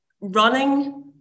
running